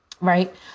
Right